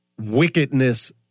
Wickedness